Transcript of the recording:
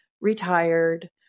retired